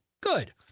Good